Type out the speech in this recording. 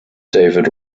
david